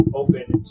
open